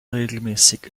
regelmäßig